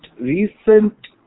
recent